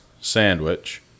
sandwich